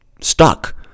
stuck